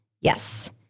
Yes